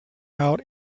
out